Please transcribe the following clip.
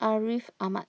Ariff Ahmad